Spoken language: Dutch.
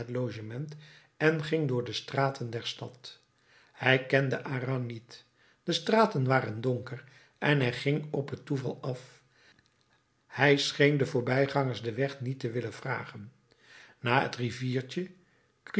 logement en ging door de straten der stad hij kende arras niet de straten waren donker en hij ging op het toeval af hij scheen den voorbijgangers den weg niet te willen vragen na het riviertje